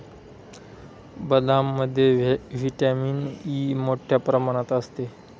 बदामामध्ये vitamin E मोठ्ठ्या प्रमाणात असते